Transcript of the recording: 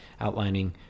outlining